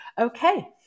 Okay